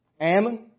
Ammon